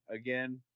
again